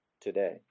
today